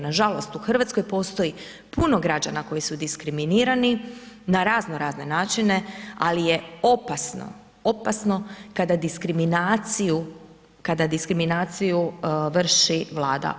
Nažalost, u RH postoji puno građana koji su diskriminirani na razno razne načine, ali je opasno, opasno kada diskriminaciju, kada diskriminaciju vrši Vlada.